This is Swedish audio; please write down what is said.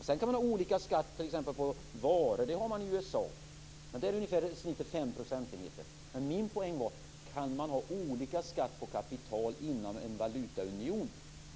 Sedan kan man ha olika skatt på t.ex. varor. Det har man i USA. Där är snittet ungefär fem procentenheter. Men min poäng var: Kan man ha olika skatt på kapital inom en valutaunion?